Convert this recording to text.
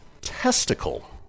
testicle